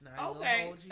Okay